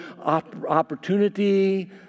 opportunity